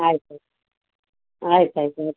ಆಯ್ತು ಆಯ್ತು ಆಯ್ತು ಆಯಿತು ರೀ